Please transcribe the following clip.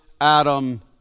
Adam